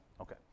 Okay